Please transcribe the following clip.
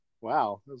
Wow